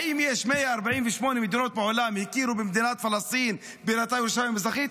האם יש 148 מדינות בעולם שהכירו במדינת פלסטין ובבירתה ירושלים מזרחית?